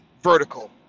vertical